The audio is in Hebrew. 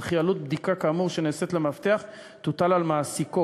וכי עלות בדיקה כאמור שנעשית למאבטח תוטל על מעסיקו,